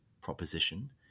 proposition